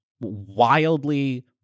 wildly